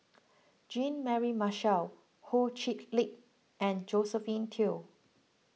Jean Mary Marshall Ho Chee Lick and Josephine Teo